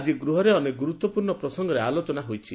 ଆକି ଗୃହରେ ଅନେକ ଗୁରୁତ୍ୱପୂର୍ଣ୍ଣ ପ୍ରସଙ୍ଗରେ ଆଲୋଚନା ହୋଇଛି